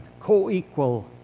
co-equal